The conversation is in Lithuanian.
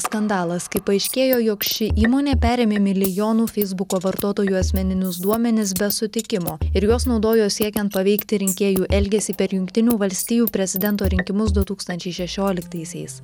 skandalas kai paaiškėjo jog ši įmonė perėmė milijonų feisbuko vartotojų asmeninius duomenis be sutikimo ir juos naudojo siekiant paveikti rinkėjų elgesį per jungtinių valstijų prezidento rinkimus du tūkstančiai šešioliktaisiais